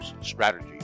strategy